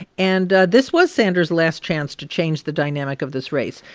and this was sanders' last chance to change the dynamic of this race.